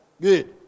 Good